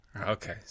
okay